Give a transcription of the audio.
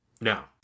now